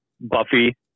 Buffy